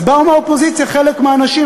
אז באו מהאופוזיציה חלק מהאנשים,